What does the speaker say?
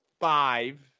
five